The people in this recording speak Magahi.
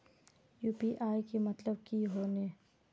यु.पी.आई के मतलब की होने?